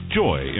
joy